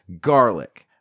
garlic